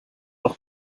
noch